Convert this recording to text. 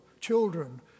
children